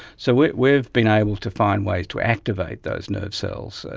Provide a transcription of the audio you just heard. so we've been able to find ways to activate those nerve cells,